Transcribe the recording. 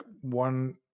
one